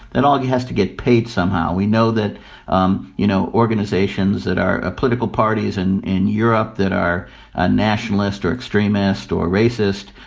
that all has to get paid somehow. we know that um you know organizations that are political parties in in europe, that are ah nationalist or extremist or racist,